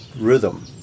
rhythm